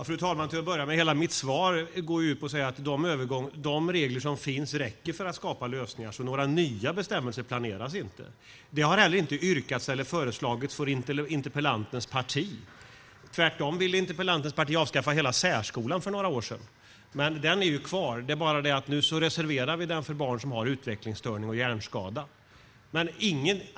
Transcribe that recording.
Fru talman! Hela mitt svar går ut på att säga att de regler som finns räcker för att skapa lösningar. Några nya bestämmelser planeras inte. Det har heller inte yrkats eller föreslagits från interpellantens parti. Interpellantens parti ville tvärtom avskaffa hela särskolan för några år sedan. Den är ju kvar, men nu reserverar vi den för barn som har utvecklingsstörning och hjärnskada.